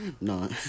No